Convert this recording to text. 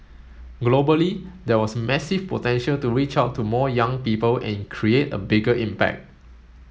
globally there was massive potential to reach out to more young people and create a bigger impact